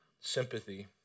sympathy